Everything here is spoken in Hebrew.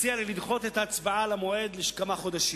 להציע לי לדחות את מועד ההצבעה בכמה חודשים.